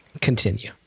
Continue